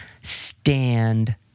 stand